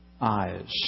eyes